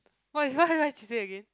what what she say again